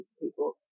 people